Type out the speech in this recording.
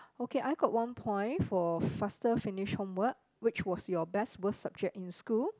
okay I got one point for faster finish homework which was your best worst subject in school